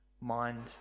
mind